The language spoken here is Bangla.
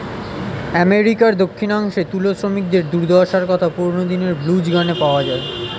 আমেরিকার দক্ষিণাংশে তুলো শ্রমিকদের দুর্দশার কথা পুরোনো দিনের ব্লুজ গানে পাওয়া যায়